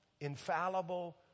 infallible